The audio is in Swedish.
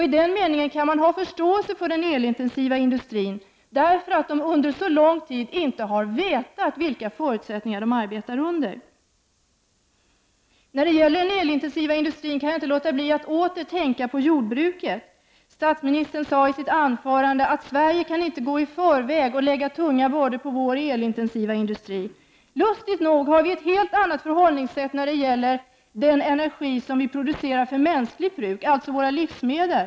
I den meningen kan man ha förståelse för den elintensiva industrin, eftersom den under så lång tid inte har vetat vilka förutsättningar den arbetar under. När det gäller den elintensiva industrin kan jag inte låta bli att åter tänka på jordbruket. Statsministern sade i sitt interpellationssvar att Sverige inte kan gå i förväg och lägga tunga bördor på vår elintensiva industri. Lustigt nog har vi ett helt annat förhållningssätt när det gäller den energi som vi producerar för mänskligt bruk, alltså våra livsmedel.